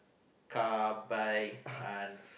car bike